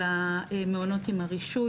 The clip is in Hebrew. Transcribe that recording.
על המעונות עם הרישוי,